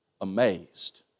amazed